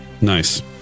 Nice